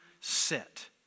sit